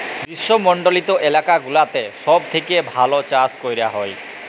গ্রীস্মমন্ডলিত এলাকা গুলাতে সব থেক্যে ভাল চাস ক্যরা হ্যয়